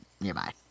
nearby